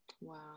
Wow